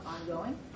ongoing